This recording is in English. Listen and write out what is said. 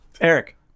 Eric